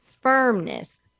firmness